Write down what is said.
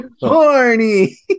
Horny